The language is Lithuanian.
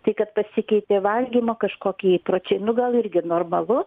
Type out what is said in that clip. tai kad pasikeitė valgymo kažkoki įpročiai nu gal irgi normalu